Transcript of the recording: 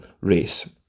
race